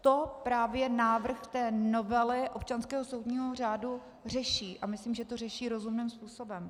To právě návrh novely občanského soudního řádu řeší a myslím, že to řeší rozumným způsobem.